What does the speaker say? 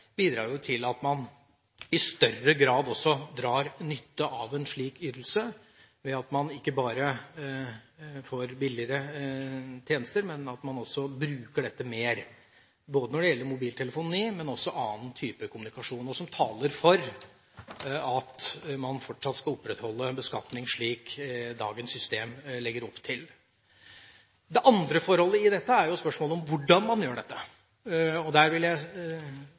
større grad drar nytte av en slik ytelse, ved at man ikke bare får billigere tjenester, men at man også bruker dette mer – både når det gjelder mobiltelefoni og annen type kommunikasjon – og som taler for at man fortsatt skal opprettholde beskatning, slik dagens system legger opp til. Det andre forholdet er spørsmålet om hvordan man gjør dette. Der vil jeg